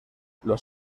los